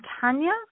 Tanya